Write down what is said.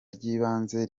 ry’ibanze